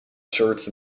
shirts